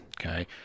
Okay